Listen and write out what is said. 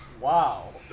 Wow